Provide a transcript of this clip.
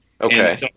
Okay